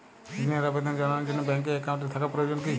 ঋণের আবেদন জানানোর জন্য ব্যাঙ্কে অ্যাকাউন্ট থাকা প্রয়োজন কী?